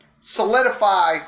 solidify